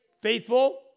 Faithful